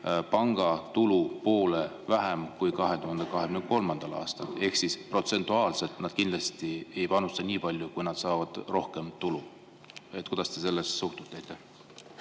pankade tulu poole väiksem kui 2023. aastal ehk protsentuaalselt nad kindlasti ei panusta nii palju, kui nad saavad rohkem tulu. Kuidas te sellesse suhtute?